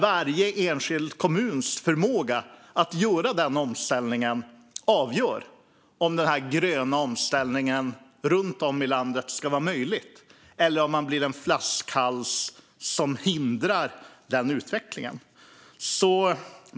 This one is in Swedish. Varje enskild kommuns förmåga att göra omställningen avgör om den gröna omställningen runt om i landet ska vara möjlig eller om man blir en flaskhals som hindrar den utvecklingen.